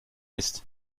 ist